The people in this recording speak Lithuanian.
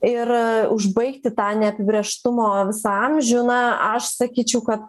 ir užbaigti tą neapibrėžtumo visą amžių na aš sakyčiau kad